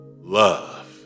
love